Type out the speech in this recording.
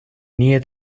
near